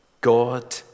God